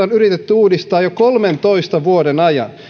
on yritetty uudistaa jo kolmentoista vuoden ajan